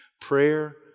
Prayer